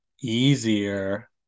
easier